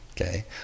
okay